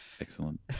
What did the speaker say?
Excellent